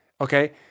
okay